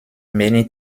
many